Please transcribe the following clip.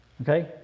okay